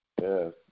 Yes